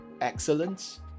excellence